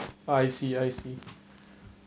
I see I see